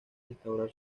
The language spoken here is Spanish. restaurar